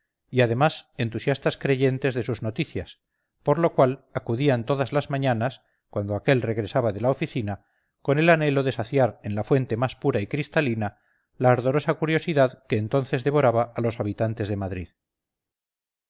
y además entusiastas creyentes de sus noticias por lo cual acudían todas las mañanas cuando aquel regresaba de la oficina con el anhelo de saciar en la fuente más pura y cristalina la ardorosa curiosidad que entonces devoraba a los habitantes de madrid